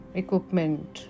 equipment